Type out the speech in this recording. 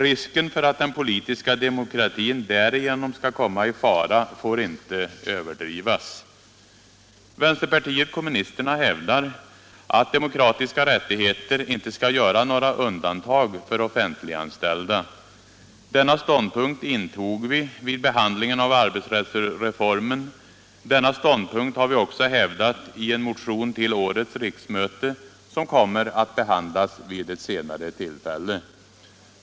Risken för att den politiska demokratin därigenom skall komma i fara får inte överdrivas. Vänsterpartiet kommunisterna hävdar att demokratiska rättigheter inte skall göra några undantag för offentliganställda. Denna ståndpunkt intog vi vid behandlingen av arbetsrättsreformen. Denna ståndpunkt har vi också hävdat i en motion till årets riksmöte, som kommer att behandlas vid ett senare tillfälle.